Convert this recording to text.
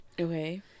Okay